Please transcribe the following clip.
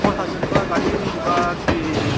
କ'ଣ ଗାଡ଼ି ଯିବା କି